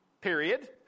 period